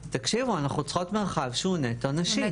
"..אנחנו צריכות מרחב שהוא יהיה נטו נשים..".